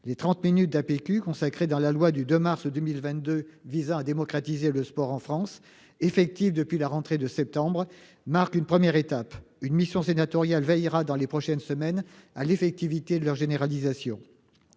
quotidienne (APQ), consacrées dans la loi du 2 mars 2022 visant à démocratiser le sport en France, et effectives depuis la rentrée de septembre dernier, marquent une première étape. Une mission sénatoriale veillera dans les prochaines semaines à l'effectivité de leur généralisation.